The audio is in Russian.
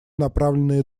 направленные